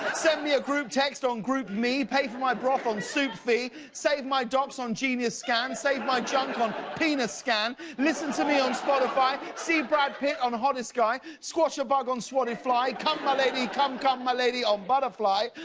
send me a group text on groupme, pay for my broth on soupfee. save my docs on genius scan, save my junk on penis scan. listen to me on spotify. see brad pitt on hottest guy. squash a bug on swatted fly. come my lady, come, come my lady on butterfly.